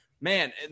Man